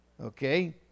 Okay